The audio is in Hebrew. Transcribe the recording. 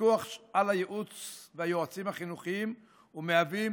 הפיקוח על הייעוץ והיועצים החינוכיים ומהווים